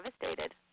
devastated